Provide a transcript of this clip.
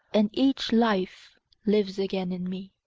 and each life lives again in me.